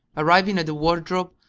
arriving at the wardrobe,